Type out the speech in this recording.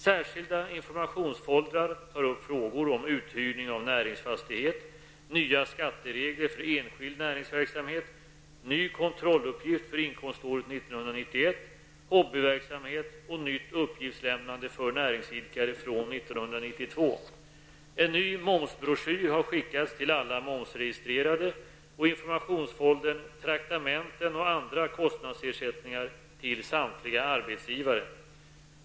Särskilda informationsfoldrar tar upp frågor om uthyrning av näringsfastighet, nya skatteregler för enskild näringsverksamhet, ny kontrolluppgift för inkomståret 1991, hobbyverksamhet och nytt uppgiftslämnande för näringsidkare från 1992. En ny MOMS-broschyr har skickats till alla momsregistrerade och informationsfoldern Traktamenten och andra kostnadsersättningar till samtliga arbetsgivare.